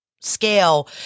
scale